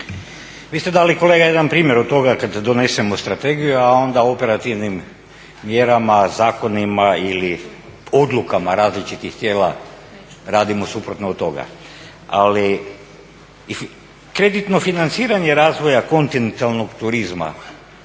Vi ste dali kolega jedan primjer, od toga kad donesemo strategiju a onda operativnim mjerama, zakonima ili odlukama različitih tijela radimo suprotno od toga. Ali, kreditno financiranje razvoja kontinentalnog turizma